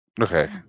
Okay